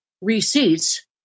receipts